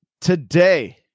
today